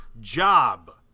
job